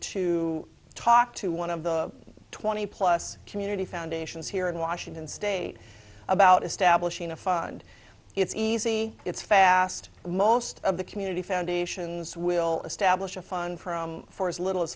to talk to one of the twenty plus community foundations here in washington state about establishing a fund it's easy it's fast most of the community foundations will establish a fun from for as little as